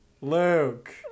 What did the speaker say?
Luke